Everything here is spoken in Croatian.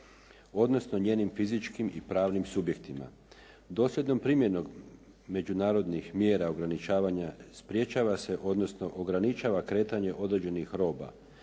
odnosno njenim fizičkim i pravnim subjektima. Dosljednom primjenom međunarodnih mjera ograničavanja sprečava se odnosno ograničava kretanje određenih roba,